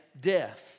death